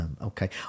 Okay